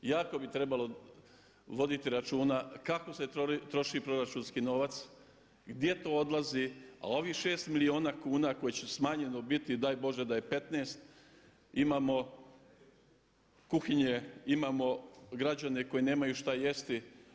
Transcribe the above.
Jako bi trebalo voditi računa kako se troši proračunski novac, gdje to odlazi a ovih 6 milijuna kuna koje će smanjeno biti daj Bože da je 15 imamo kuhinje, imamo građane koji nemaju šta jesti.